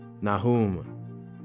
Nahum